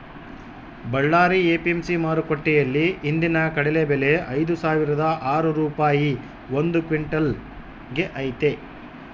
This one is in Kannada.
ಬಳ್ಳಾರಿ ಎ.ಪಿ.ಎಂ.ಸಿ ಮಾರುಕಟ್ಟೆಯಲ್ಲಿ ಇಂದಿನ ಕಡಲೆ ಬೆಲೆ ಐದುಸಾವಿರದ ಆರು ರೂಪಾಯಿ ಒಂದು ಕ್ವಿನ್ಟಲ್ ಗೆ ಐತೆ